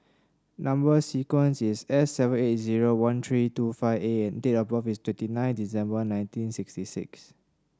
number sequence is S seven eight zero one three two five A and date of birth is twenty nine December nineteen sixty six